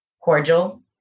cordial